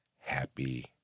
happy